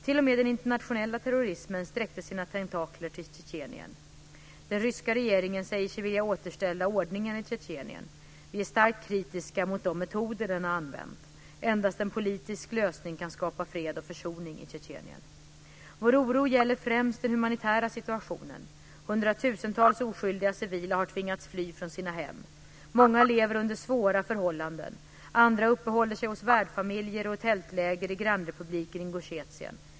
T.o.m. den internationella terrorismen sträckte sina tentakler till Tjetjenien. Den ryska regeringen säger sig vilja återställa ordningen i Tjetjenien. Vi är starkt kritiska mot de metoder den har använt. Endast en politisk lösning kan skapa fred och försoning i Vår oro gäller främst den humanitära situationen. Hundratusentals oskyldiga civila har tvingats fly från sina hem. Många lever under svåra förhållanden i Tjetjenien. Andra uppehåller sig hos värdfamiljer och i tältläger i grannrepubliken Ingusjetien.